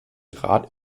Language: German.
rat